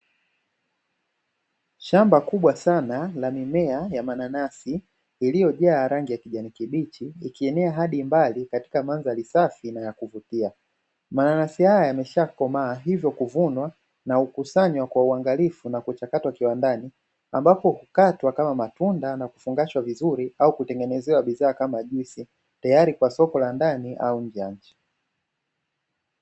Shamba kubwa sana la mimea ya mananasi iliyojaa rangi ya kijani kibichi ikienea hadi mbali katika mandhari safi na ya kuvutia, mananasi haya yameisha komaa hivyo kuvunwa na hukusanywa kwa uangalifu kuchakatwa kiwandani ambapo hukatwa kama matunda na kufungashwa vizuri au kutengenezewa bidhaa kama juisi tayari kwa soko la ndani au nje ya nchi.